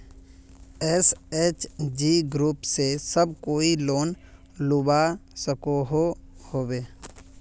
SHG group से सब कोई लोन लुबा सकोहो होबे?